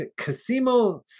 Casimo